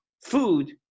food